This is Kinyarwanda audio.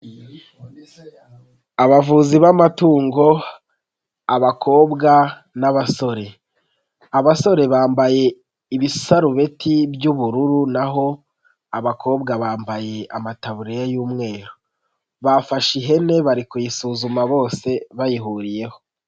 Abavuzi b'amatungo, abakobwa n'abasore, abasore bambaye ibisarubeti by'ubururu naho abakobwa bambaye amataburiya y'umweru, bafashe ihene bari kuyisuzuma bose bayihuriyeho.